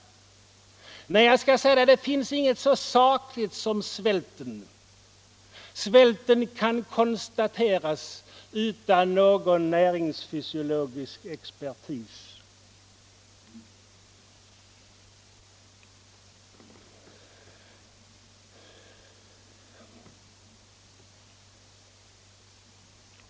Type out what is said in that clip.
Nej, jag skall säga dig att det inte finns någonting så sakligt som svälten. Svälten kan konstateras utan någon näringsfysiologisk expertis.